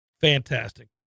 fantastic